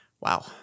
Wow